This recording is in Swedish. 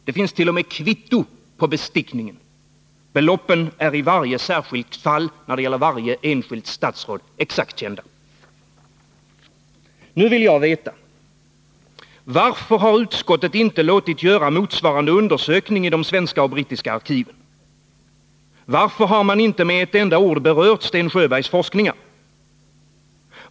Det finns t.o.m. kvitto på bestickningen. Beloppen är i varje särskilt fall, när det gäller varje enskilt statsråd, exakt kända. Nu vill jag veta: Varför har utskottet inte låtit göra motsvarande undersökning i de svenska och brittiska arkiven? Varför har man inte med ett enda ord berört Sten Sjöbergs forskningar?